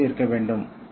02 ஆக இருக்க வேண்டும்